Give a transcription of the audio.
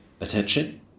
attention